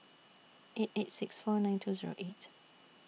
eight eight six four nine two Zero eight